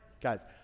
guys